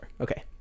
Okay